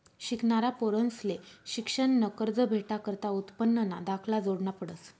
शिकनारा पोरंसले शिक्शननं कर्ज भेटाकरता उत्पन्नना दाखला जोडना पडस